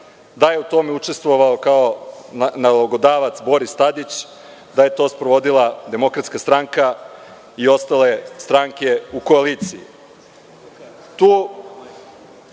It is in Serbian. da je u tome učestvovao kao nalogodavac Boris Tadić, da je to sprovodila DS i ostale stranke u koaliciji. Tu